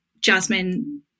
Jasmine